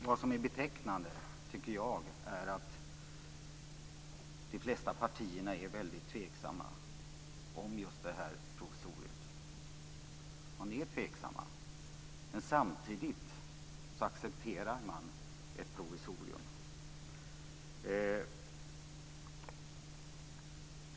Vad som är betecknande, tycker jag, är att de flesta partier är väldigt tveksamma till just detta provisorium, men att man samtidigt accepterar ett provisorium.